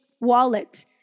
wallet